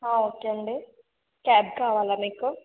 okay అండీ cab కావాలా మీకు